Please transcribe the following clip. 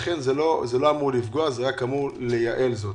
לכן זה לא אמור לפגוע, אלא רק לייעל זאת.